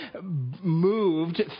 moved